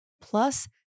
plus